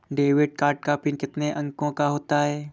Debit card का pin कितने अंकों का होता है?